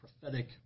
prophetic